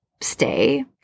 stay